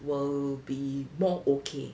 will be more okay